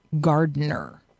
gardener